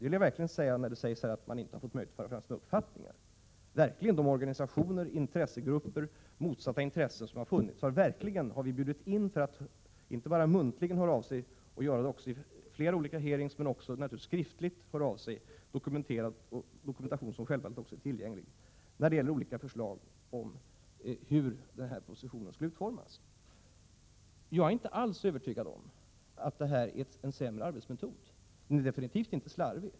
När man här påstår att det inte varit möjligt att föra fram olika uppfattningar vill jag säga att de organisationer, intressegrupper och motsatta intressen som funnits verkligen har inbjudits till att inte bara muntligen höra av sig vid flera olika utfrågningar utan också skriftligen yttra sig när det gällt olika förslag om hur den här propsitionen skulle utformas. Denna dokumentation finns självfallet tillgänglig. Jag är inte alls övertygad om att detta är en sämre arbetsmetod. Den är absolut inte slarvig.